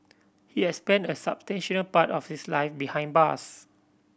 he had spent a substantial part of his life behind bars